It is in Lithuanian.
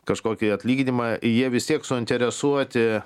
kažkokį atlyginimą jie vis tiek suinteresuoti